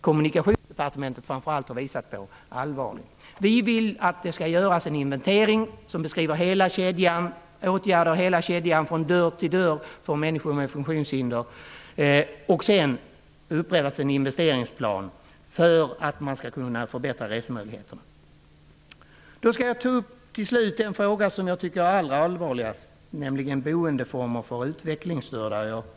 Kommunikationsdepartementet har visat en allvarlig passivitet. Vi vill att det skall göras en inventering som beskriver åtgärder i hela kedjan från dörr till dörr för människor med funktionshinder. Sedan skall en investeringsplan läggas fram för att förbättra resemöjligheterna. Jag skall till slut ta upp den fråga jag tycker är allvarligast, nämligen boende för utvecklingsstörda.